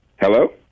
Hello